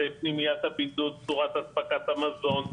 צורת אספקת המזון,